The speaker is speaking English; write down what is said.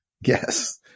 Yes